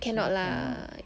cannot lah ya